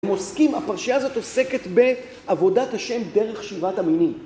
הם עוסקים, הפרשייה הזאת עוסקת בעבודת השם דרך שבעת המינים.